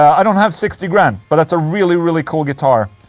i don't have sixty grand, but that's a really really cool guitar,